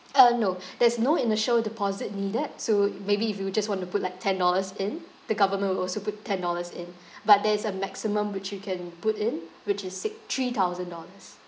uh no there's no initial deposit needed so maybe if you just want to put like ten dollars in the government will also put ten dollars in but there is a maximum which you can put in which is sic~ three thousand dollars